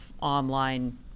online